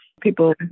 People